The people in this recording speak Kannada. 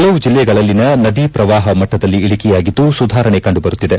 ಹಲವು ಜಿಲ್ಲೆಗಳಲ್ಲಿನ ನದಿ ಶ್ರವಾಹ ಮಟ್ಟದಲ್ಲಿ ಇಳಕೆಯಾಗಿದ್ದು ಸುಧಾರಣೆ ಕಂಡುಬರುತ್ತಿದೆ